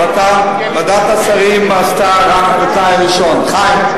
ועדת השרים עשתה רק את התנאי הראשון, חיים.